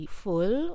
full